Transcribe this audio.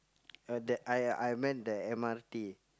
uh that I I meant the M_R_T